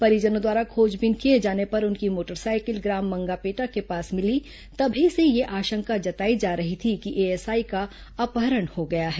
परिजनों द्वारा खोजबीन किए जाने पर उनकी मोटरसाइकिल ग्राम मंगापेटा के पास मिली तभी से यह आशंका जताई जा रही थी कि एएसआई का अपहरण हो गया है